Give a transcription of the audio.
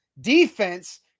defense